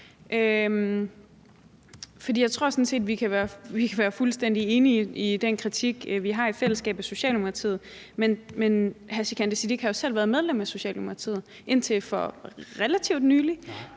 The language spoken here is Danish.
Jeg tror sådan set, vi kan være fuldstændig enige i den kritik, vi har i fællesskab, af Socialdemokratiet, men hr. Sikandar Siddique har jo selv været medlem af Socialdemokratiet indtil for relativt nylig.